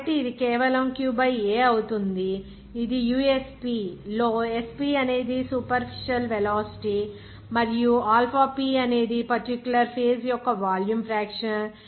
కాబట్టి ఇది కేవలం Q బై A అవుతుంది ఇది usp లో S అనేది సూపర్ఫిషల్ వెలాసిటీ మరియు ఆల్ఫా p అనేది పర్టిక్యులర్ ఫేజ్ యొక్క వాల్యూమ్ ఫ్రాక్షన్